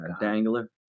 dangler